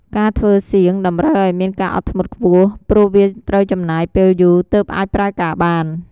ការធ្វើសៀងតម្រូវឱ្យមានការអត់ធ្មត់ខ្ពស់ ព្រោះវាត្រូវចំណាយពេលយូរទើបអាចប្រើការបាន។